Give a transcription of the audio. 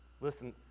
Listen